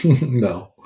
No